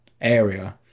area